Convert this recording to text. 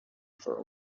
for